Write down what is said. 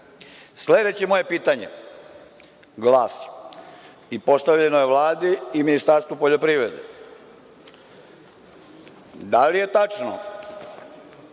mosta. Sledeće moje pitanje glasi i postavljeno je Vladi i Ministarstvu poljoprivrede, da li je tačno